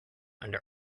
under